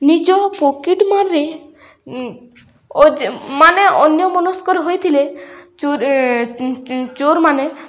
ନିଜ ପକେଟ୍ ମାର୍ରେ ମାନେ ଅନ୍ୟମନସ୍କ ରହି ଥିଲେ ଚୋର ଚୋରମାନେ